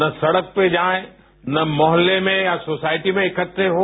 ना सडक पर जाये ना मोहल्ले में या सोसायटी में इकहे हों